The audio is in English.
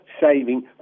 saving